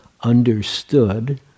understood